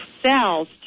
cells